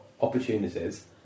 opportunities